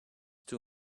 too